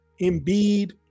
Embiid